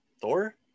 Thor